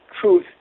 truth